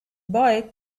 boy